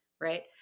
right